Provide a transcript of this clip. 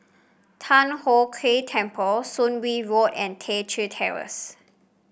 Thian Hock Keng Temple Soon Wing Road and Teck Chye Terrace